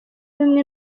bimwe